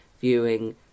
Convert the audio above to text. viewing